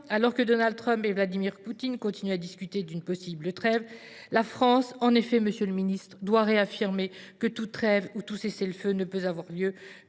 alors que Donald Trump et Vladimir Poutine continuent à discuter d’une possible trêve, la France doit réaffirmer que toute trêve ou tout cessez le feu ne peut avoir lieu